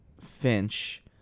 Finch